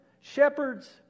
Shepherds